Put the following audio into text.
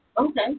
Okay